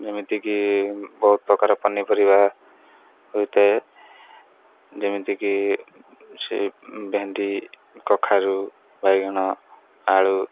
ଯେମିତିକି ବହୁତ ପ୍ରକାର ପନିପରିବା ହୋଇଥାଏ ଯେମିତିକି ସେ ଭେଣ୍ଡି କଖାରୁ ବାଇଗଣ ଆଳୁ